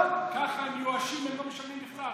ככה הם מיואשים, הם לא משלמים בכלל.